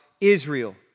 Israel